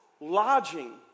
lodging